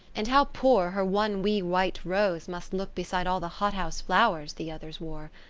and how poor her one wee white rose must look beside all the hothouse flowers the others wore!